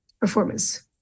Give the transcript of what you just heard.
performance